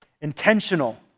Intentional